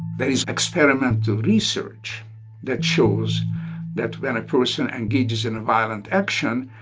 there's experimental research that shows that when a person engages in a violent action,